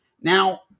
Now